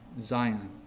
Zion